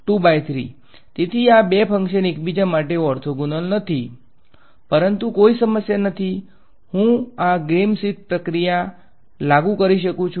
તેથી આ બે ફંકશન્સ એકબીજા માટે ઓર્થોગોનલ નથી પરંતુ કોઈ સમસ્યા નથી હું આ ગ્રેમસ્મીથ પ્રક્રિયા લાગુ કરી શકું છું